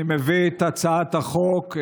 אני מביא את הצעת החוק,